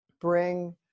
bring